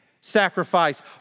sacrifice